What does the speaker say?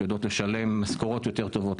יודעות לשלם משכורות יותר טובות,